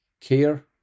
care